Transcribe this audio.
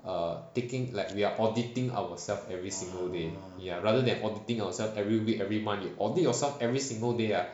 err taking like we're auditing ourselves every single day ya rather than auditing ourselves every week every month you audit yourself every single day ah